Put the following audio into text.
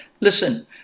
Listen